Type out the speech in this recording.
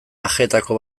ajeetako